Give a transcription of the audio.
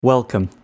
Welcome